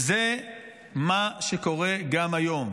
וזה מה שקורה גם היום.